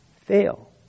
fail